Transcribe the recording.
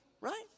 Right